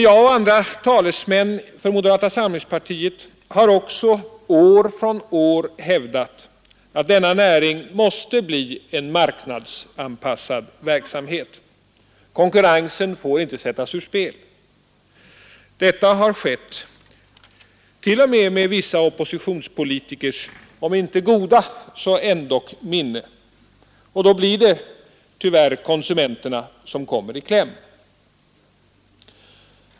Jag och andra talesmän för moderata samlingspartiet har också år efter år hävdat att denna näring måste bedriva en marknadsanpassad verksamhet. Konkurrensen får inte sättas ur spel. Detta har skett t.o.m. med vissa oppositionspolitikers om inte goda så ändock minne. Då kommer tyvärr konsumenterna i kläm.